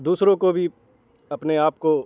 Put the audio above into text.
دوسروں کو بھی اپنے آپ کو